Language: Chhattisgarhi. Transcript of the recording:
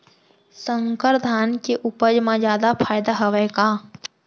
संकर धान के उपज मा जादा फायदा हवय का?